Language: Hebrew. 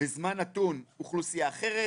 בזמן נתון אוכלוסייה אחרת.